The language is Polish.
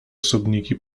osobniki